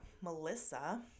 Melissa